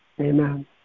Amen